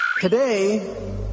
Today